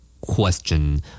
Question